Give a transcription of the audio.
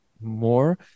more